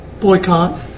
Boycott